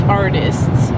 artists